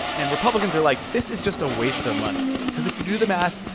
and republicans are like, this is just a waste of money because, if you do the math,